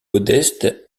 modeste